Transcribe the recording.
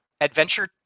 adventure